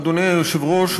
אדוני היושב-ראש,